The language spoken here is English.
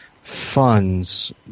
funds